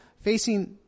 facing